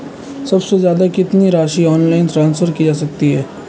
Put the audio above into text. सबसे ज़्यादा कितनी राशि ऑनलाइन ट्रांसफर की जा सकती है?